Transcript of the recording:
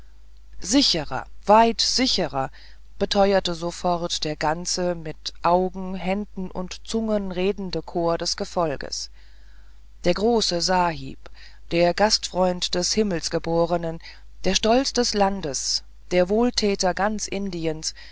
sicherer weit sicherer beteuerte sofort der ganze mit augen händen und zunge redende chor des gefolges der große sahib der gastfreund des himmelgeborenen der stolz des landes der wohltäter ganz indiens